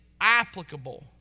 applicable